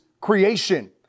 creation